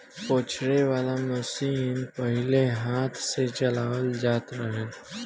पछोरे वाला मशीन पहिले हाथ से चलावल जात रहे